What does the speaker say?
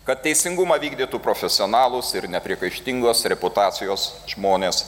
kad teisingumą vykdytų profesionalūs ir nepriekaištingos reputacijos žmonės